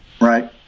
Right